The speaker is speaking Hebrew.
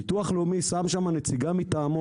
הביטוח הלאומי הציב שם נציגה מטעמו